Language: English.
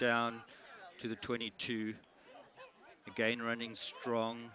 down to the twenty two again running strong